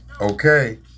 okay